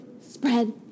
spread